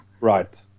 Right